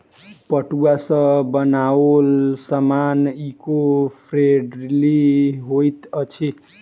पटुआ सॅ बनाओल सामान ईको फ्रेंडली होइत अछि